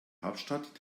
hauptstadt